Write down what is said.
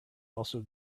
also